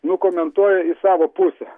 nu komentuoja savo pusę